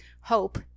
hope